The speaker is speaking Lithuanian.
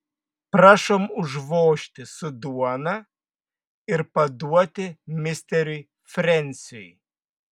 prašom užvožti su duona ir paduoti misteriui frensiui